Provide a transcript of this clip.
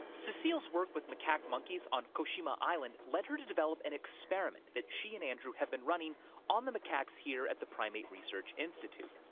so cecile's work with macaque monkeys on koujima island led her to develop an experiment that she and andrew have been running on the macaques here at the primate research institute.